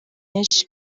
nyinshi